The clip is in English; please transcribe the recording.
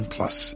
Plus